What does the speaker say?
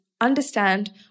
understand